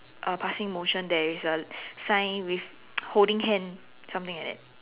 uh passing motion there is a sign with holding hand something like that